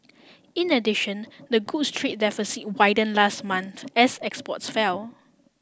in addition the goods trade deficit widened last month as exports fell